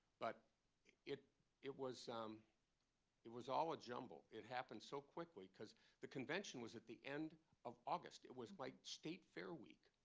but it it was um it was all a jumble. it happened so quickly. because the convention was at the end of august. it was like state fair week.